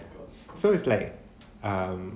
so it's like um